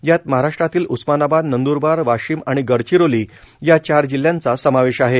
यात महाराष्ट्रातील उस्मानाबाद नंद्रबार वाशिम आणि गडचिरोली या चार जिल्ह्यांचा समावेश आहे